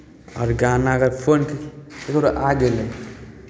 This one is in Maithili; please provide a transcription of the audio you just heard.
आओर गाना अगर फोन क् ककरो आ गेलै